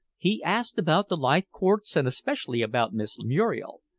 he asked about the leithcourts, and especially about miss muriel.